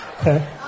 Okay